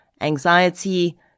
anxiety